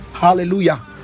hallelujah